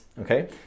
okay